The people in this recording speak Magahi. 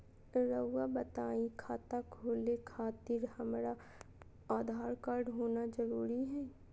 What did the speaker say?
रउआ बताई खाता खोले खातिर हमरा आधार कार्ड होना जरूरी है?